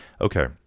Okay